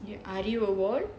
are you